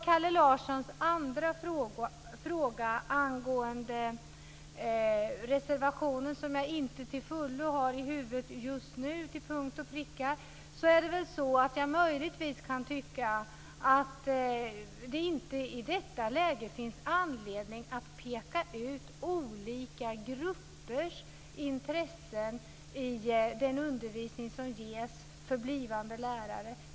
Kalle Larssons andra fråga gällde reservationen, som jag inte till fullo har i huvudet just nu. Jag kan möjligtvis tycka att det inte i detta läge finns anledning att peka ut olika gruppers intressen i den undervisning som ges för blivande lärare.